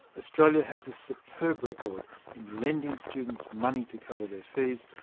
australia has a superb record in lending students money to cover their fees,